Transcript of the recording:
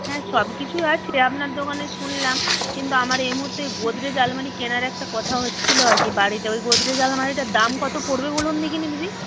হ্যাঁ সবকিছুই আছে আপনার দোকানে শুনলাম কিন্তু আমার এই মুহূর্তে গোদরেজ আলমারি কেনার একটা কথা হচ্ছিল আর কি বাড়িতে ওই গোদরেজ আলমারিটার দাম কত পড়বে বলুন দেখিনি দিদি